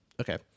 okay